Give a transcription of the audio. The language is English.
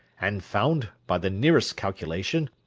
and found, by the nearest calculation,